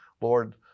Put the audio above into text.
Lord